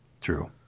True